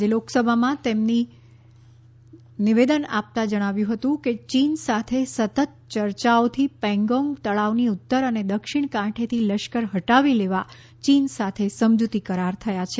આજે લોકસભામાં તેમણે નિવેદન આપ્યું છે કે ચીન સાથે સતત યર્યાઓથી પેંગોંગ તળાવની ઉત્તર અને દક્ષિણ કાંઠેથી લશ્કર હટાવી લેવા યીન સાથે સમજુતી કરાર થયા છે